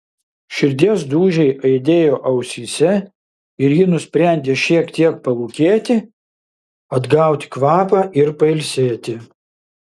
širdies dūžiai aidėjo ausyse ir ji nusprendė šiek tiek palūkėti atgauti kvapą ir pailsėti